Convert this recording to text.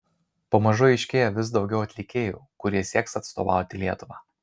pamažu aiškėja vis daugiau atlikėjų kurie sieks atstovauti lietuvą